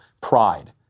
pride